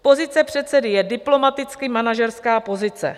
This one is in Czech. Pozice předsedy je diplomaticky manažerská pozice.